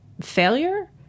failure